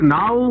now